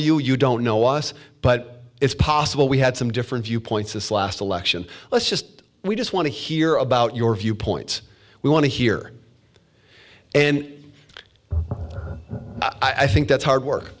you you don't know us but it's possible we had some different viewpoints this last election let's just we just want to hear about your viewpoints we want to hear and i think that's hard work